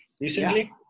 recently